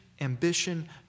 ambition